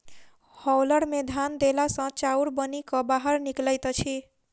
hauler मे धान देला सॅ चाउर बनि क बाहर निकलैत अछि